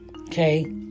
Okay